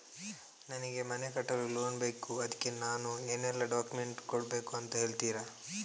ನನಗೆ ಮನೆ ಕಟ್ಟಲು ಲೋನ್ ಬೇಕು ಅದ್ಕೆ ನಾನು ಏನೆಲ್ಲ ಡಾಕ್ಯುಮೆಂಟ್ ಕೊಡ್ಬೇಕು ಅಂತ ಹೇಳ್ತೀರಾ?